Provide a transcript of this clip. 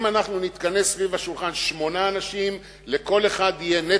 אם נתכנס שמונה אנשים סביב השולחן,